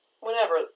Whenever